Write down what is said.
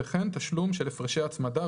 וכן תשלום של הפרשי הצמדה,